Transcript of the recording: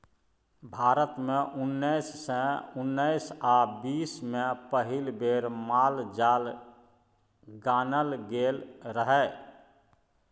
भारत मे उन्नैस सय उन्नैस आ बीस मे पहिल बेर माल जाल गानल गेल रहय